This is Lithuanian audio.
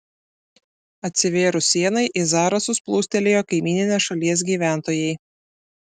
atsivėrus sienai į zarasus plūstelėjo kaimyninės šalies gyventojai